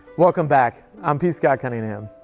welcome back! i'm p. scott cunningham.